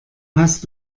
hast